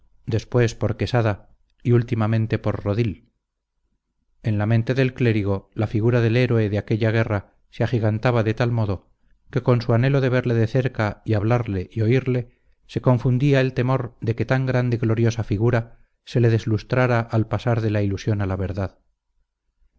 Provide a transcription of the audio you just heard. después por quesada y últimamente por rodil en la mente del clérigo la figura del héroe de aquella guerra se agigantaba de tal modo que con su anhelo de verle de cerca y hablarle y oírle se confundía el temor de que tan grande gloriosa figura se le deslustrara al pasar de la ilusión a la verdad